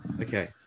Okay